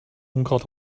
unkraut